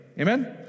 Amen